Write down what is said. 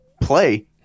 play